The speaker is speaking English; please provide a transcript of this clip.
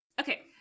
Okay